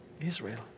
Israel